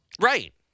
Right